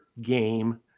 game